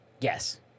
yes